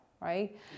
right